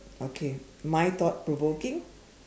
okay my thought provoking